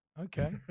Okay